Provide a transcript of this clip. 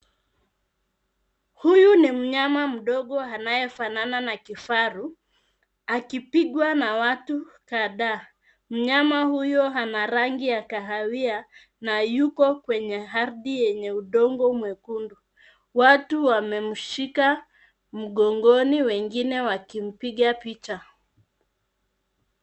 Huyu ni mnyama mdogo anayefanana na kifaru, akipigwa na watu kadhaa. Mnyama huyu ana rangi ya kahawia, na yuko kwenye ardhi yenye udongo mwekundu. Watu wamemshika mgongoni, wengine wakimpiga picha.